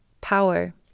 power